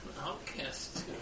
outcast